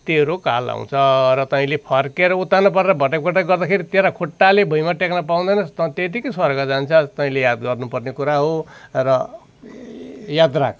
तेरो काल आउँछ र तैँले फर्केर उत्तानो परेर भट्याकभट्याक गर्दाखेरि तेरो खुट्टाले भइँमा टेक्नु पउँदैनस् तँ त्यत्तिकै स्वर्ग जान्छस् तैँले याद गर्नुपर्ने कुरा हो र याद राख्